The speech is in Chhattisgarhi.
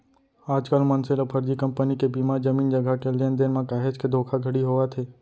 आजकल मनसे ल फरजी कंपनी के बीमा, जमीन जघा के लेन देन म काहेच के धोखाघड़ी होवत हे